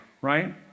right